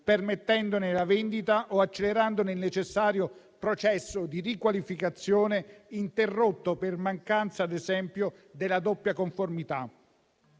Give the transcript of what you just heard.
permettendone la vendita o accelerandone il necessario processo di riqualificazione, interrotto, ad esempio, per mancanza della doppia conformità.